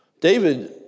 David